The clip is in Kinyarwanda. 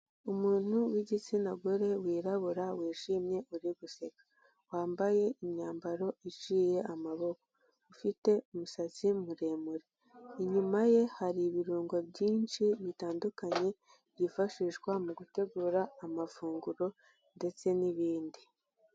Umuntu w'igitsina gore wirabura wishimye uri guseka, wambaye imyambaro iciye amaboko, ufite umusatsi muremure inyuma ye, hari ibirungo byinshi bitandukanye byifashishwa mu gutegura amafunguro ndetse n'ibindi.